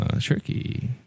tricky